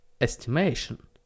estimation